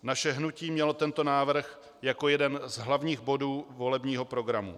Naše hnutí mělo tento návrh jako jeden z hlavních bodů volebního programu.